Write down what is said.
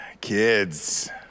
Kids